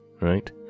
right